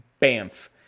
bamf